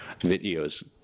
videos